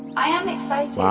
i am excited. wow.